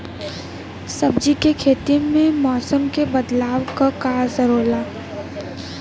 सब्जी के खेती में मौसम के बदलाव क का असर होला?